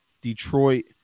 Detroit